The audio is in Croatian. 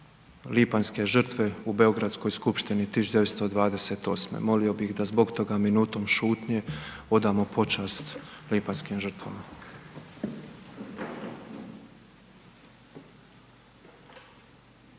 lipanjske žrtve u Beogradskoj skupštini 1928., molio bi da zbog toga minutom šutnje odamo počast lipanjskim žrtvama.